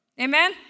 Amen